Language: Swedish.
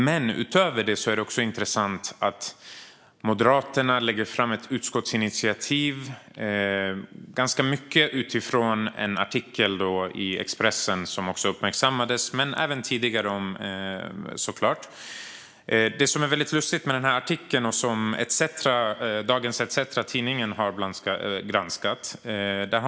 Men utöver det är det intressant att Moderaterna föreslog ett utskottsinitiativ som i mycket baseras på en uppmärksammad tidningsartikel i Expressen. Detta hade såklart redan tidigare uppmärksammats. Något som är lite lustigt med artikeln är en sak som även tidningen Dagens ETC granskat.